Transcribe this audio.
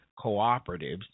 cooperatives